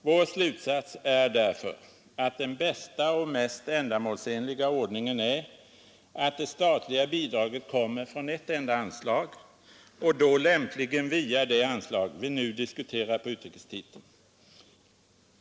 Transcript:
Vår slutsats är därför att den bästa och mest ändamålsenliga ordningen är att de statliga bidragen kommer från ett enda anslag och då lämpligen via det anslag vi nu diskuterar under utrikestiteln.